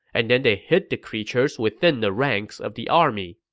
and then they hid the creatures within the ranks of the army